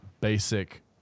basic